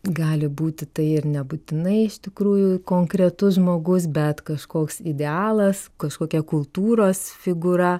gali būti tai ir nebūtinai iš tikrųjų konkretus žmogus bet kažkoks idealas kažkokia kultūros figūra